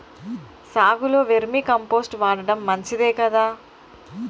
సాగులో vermicompost వాడటం మంచిదే కదా?